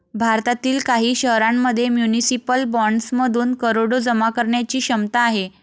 भारतातील काही शहरांमध्ये म्युनिसिपल बॉण्ड्समधून करोडो जमा करण्याची क्षमता आहे